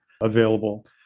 available